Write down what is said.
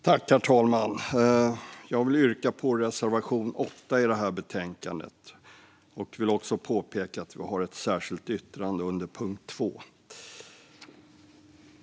Herr talman! Jag yrkar bifall till reservation 8 i betänkandet och vill också påpeka att vi har ett särskilt yttrande under punkt 2.